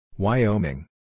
Wyoming